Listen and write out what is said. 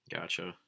Gotcha